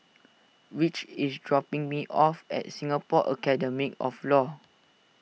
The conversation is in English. Rich is dropping me off at Singapore Academy of Law